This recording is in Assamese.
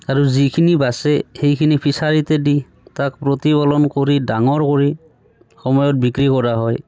আৰু যিখিনি বাছে সেইখিনি ফিছাৰীতে দি তাক প্ৰতিপালন কৰি ডাঙৰ কৰি সময়ত বিক্ৰী কৰা হয়